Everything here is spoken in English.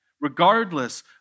regardless